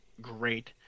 great